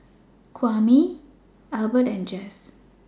Kwame Albert and Jess